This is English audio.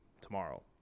tomorrow